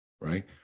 Right